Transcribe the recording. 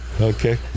Okay